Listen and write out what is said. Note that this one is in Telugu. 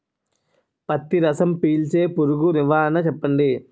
పత్తి రసం పీల్చే పురుగు నివారణ చెప్పండి?